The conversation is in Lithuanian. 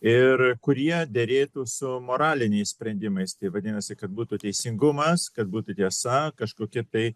ir kurie derėtų su moraliniais sprendimais tai vadinasi kad būtų teisingumas kad būtų tiesa kažkokia tai